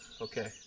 okay